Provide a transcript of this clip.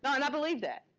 but and i believed that.